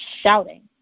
shouting